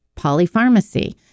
polypharmacy